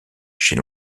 chez